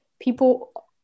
people